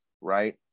right